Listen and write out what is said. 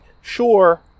Sure